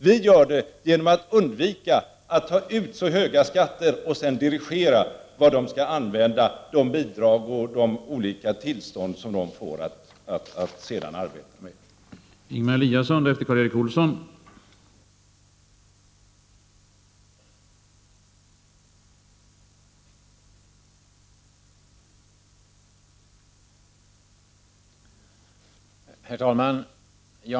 Vi gör det genom att undvika att ta ut så höga skatter för att sedan dirigera hur de bidrag och olika tillstånd skall användas som man sedan får att arbeta med.